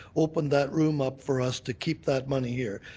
open that room up for us to keep that money here.